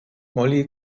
molly